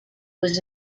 was